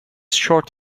short